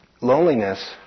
loneliness